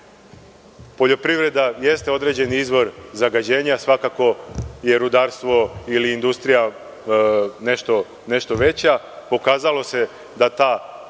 mesta. Poljoprivreda jeste određeni izvor zagađenja. Svakako je rudarstvo ili industrija nešto veća. Pokazalo se da ta